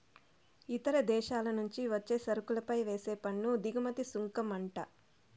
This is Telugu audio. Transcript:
ఇతర దేశాల నుంచి వచ్చే సరుకులపై వేసే పన్ను దిగుమతి సుంకమంట